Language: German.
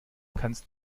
kannst